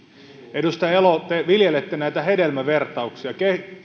edustaja elo te viljelette näitä hedelmävertauksia